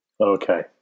Okay